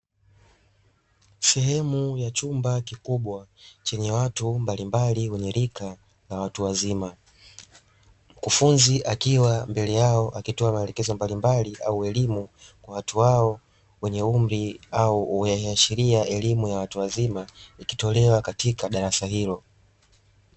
Sehemu ya chumba kikubwa chenye watu mbalimbali wenye rika na watu wazima. Mkufunzi akiwa mbele yao akitoa maelekezo mbalimbali au elimu kwa watu wao wenye umri; inayoashiria elimu ya watu wazima ikitolewa katika darasa hilo.